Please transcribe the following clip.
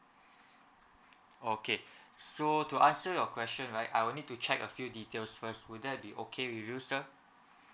okay so to answer your question right I will need to check a few details first will that be okay with you sir